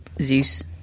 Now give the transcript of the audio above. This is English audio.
Zeus